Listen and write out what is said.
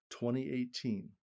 2018